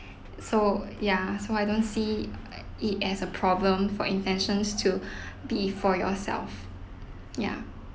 so ya so I don't see it as a problem for intentions to be for yourself ya